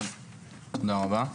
תודה רבה.